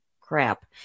crap